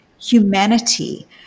humanity